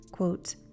quote